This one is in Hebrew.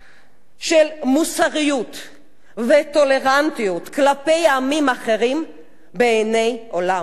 של מוסריות וטולרנטיות כלפי עמים אחרים בעיני העולם כולו.